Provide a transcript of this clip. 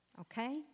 okay